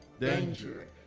danger